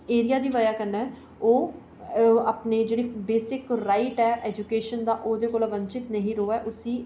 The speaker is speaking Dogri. एरिया दी बजह कन्नै ओह् जेह्के अपने बेसिक राईट ऐ एजूकेशन दा ओह्दे कोला वंचित नेईं र' वै उसी